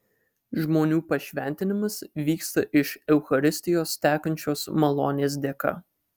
žmonių pašventinimas vyksta iš eucharistijos tekančios malonės dėka